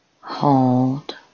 Hold